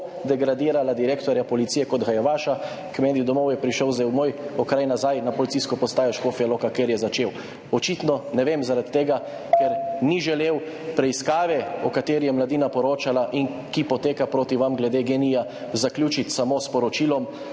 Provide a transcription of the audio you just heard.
degradirala direktorja policije, kot ga je vaša. K meni domov je prišel zdaj, v moj okraj, nazaj na Policijsko postajo Škofja Loka, kjer je začel. Očitno, ne vem, zaradi tega, ker ni želel preiskave, o kateri je poročala Mladina in ki poteka proti vam glede GEN-I, zaključiti samo s poročilom